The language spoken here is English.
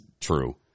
true